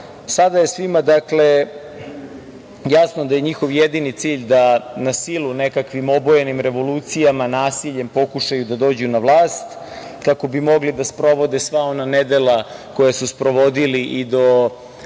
oni. Sada je svima jasno da je njihov jedini cilj da na silu nekakvim obojenim revolucijama, nasiljem pokušaju da dođu na vlast kako bi mogli da sprovode sva ona nedela koja su sprovodili i do